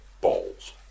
Balls